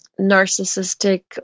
narcissistic